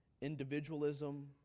individualism